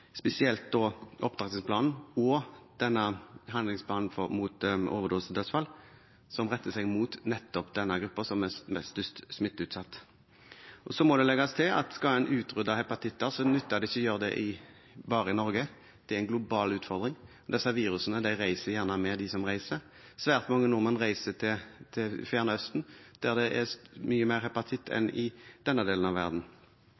og handlingsplanen mot overdosedødsfall som retter seg mot nettopp denne gruppen, som er mest smitteutsatt. Det må legges til at skal en utrydde hepatitter, nytter det ikke å gjøre det bare i Norge, det er en global utfordring. Disse virusene reiser gjerne med dem som reiser. Svært mange nordmenn reiser til Det fjerne østen, der det er mye mer hepatitt enn i denne delen av verden.